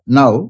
now